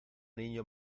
niño